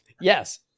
Yes